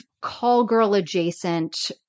call-girl-adjacent